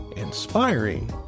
Inspiring